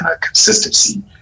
consistency